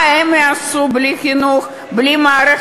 מה הם יעשו בלי חינוך,